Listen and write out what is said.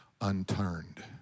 unturned